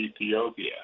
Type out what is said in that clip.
Ethiopia